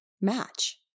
match